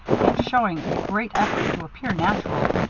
yet showing a great effort to appear natural,